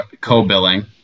co-billing